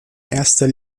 erster